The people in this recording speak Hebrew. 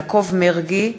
יעקב מרגי,